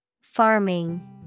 Farming